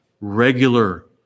regular